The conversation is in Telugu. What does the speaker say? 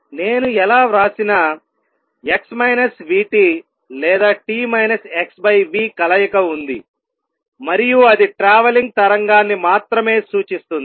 నేను ఎలా వ్రాసినా x v t లేదా t - xv కలయిక ఉంది మరియు అది ట్రావెలింగ్ తరంగాన్ని మాత్రమే సూచిస్తుంది